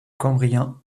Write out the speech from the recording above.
cambrien